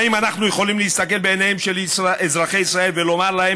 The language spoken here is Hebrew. האם אנחנו יכולים להסתכל בעיניהם של אזרחי ישראל ולומר להם: